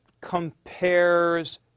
compares